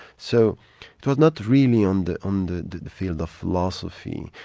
so it was not really on the um the field of philosophy,